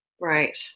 right